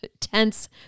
tense